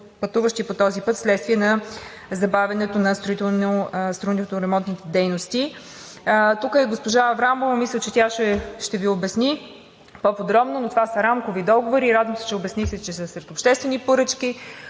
пътуващи по този път, вследствие на забавянето на строително-ремонтните дейности? Тук е госпожа Аврамова – мисля, че тя ще Ви обясни по подробно, но това са рамкови договори. Радвам се, че обяснихте, че са след обществени поръчки,